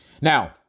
Now